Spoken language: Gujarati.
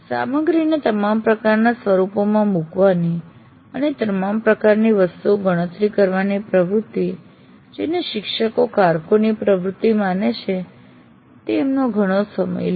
સામગ્રીને તમામ પ્રકારના સ્વરૂપોમાં મૂકવાની અને તમામ પ્રકારની વસ્તુઓ ગણતરી કરવાની પ્રવૃત્તિ જેને શિક્ષકો કારકુની પ્રવૃત્તિ માને છે તે તેમનો ઘણો સમય લે છે